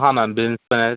हा ma'am beans पण आहेत